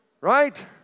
right